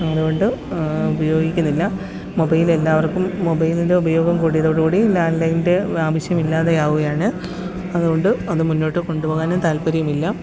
അതുകൊണ്ട് ഉപയോഗിക്കുന്നില്ല മൊബൈല് എല്ലാവര്ക്കും മൊബൈലിന്റെ ഉപയോഗം കൂടിയതോടുകൂടി ലാന്ലൈനിന്റെ ആവശ്യം ഇല്ലാതെ ആവുകയാണ് അതുകൊണ്ട് അത് മുന്നോട്ട് കൊണ്ടുപോകാനും താല്പ്പര്യമില്ല